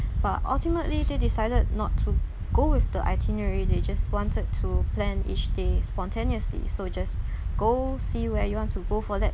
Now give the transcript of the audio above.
but ultimately they decided not to go with the itinerary they just wanted to plan each day spontaneously so just go see where you want to go for that